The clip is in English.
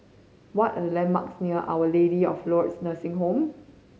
what are the landmarks near Our Lady of Lourdes Nursing Home